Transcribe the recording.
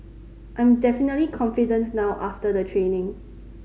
I'm definitely confident now after the training